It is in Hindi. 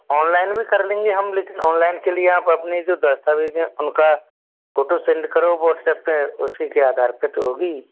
ऑनलाइन भी कर लेंगे हम लेकिन ऑनलाइन के लिए आप अपने जो दस्तावेज है उनका फोटो सेंड करो व्हाट्सएप पे उसी के आधार पे तो होगी